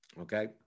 Okay